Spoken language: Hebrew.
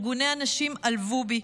ארגוני הנשים עלבו בי,